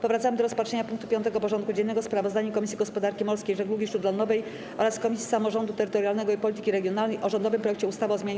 Powracamy do rozpatrzenia punktu 5. porządku dziennego: Sprawozdanie Komisji Gospodarki Morskiej i Żeglugi Śródlądowej oraz Komisji Samorządu Terytorialnego i Polityki Regionalnej o rządowym projekcie ustawy o zmianie